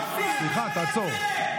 תעצור.